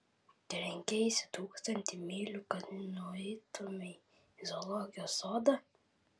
trenkeisi tūkstantį mylių kad nueitumei į zoologijos sodą